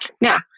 Now